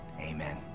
amen